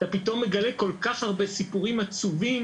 אתה פתאום מגלה כל כך הרבה סיפורים עצובים